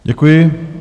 Děkuji.